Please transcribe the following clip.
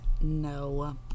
No